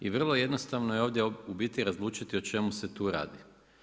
I vrlo jednostavno je ovdje u biti razlučiti o čemu se tu radi.